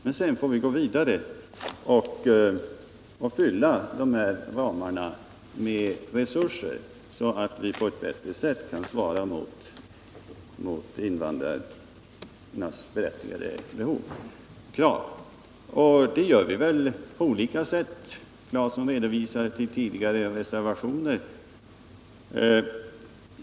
Men vi måste gå vidare och vidga ramarna för resurser så att de på ett bättre sätt kan svara mot invandrarnas berättigade krav. Det gör vi på olika sätt. Tore Claeson hänvisade till tidigare reservationer.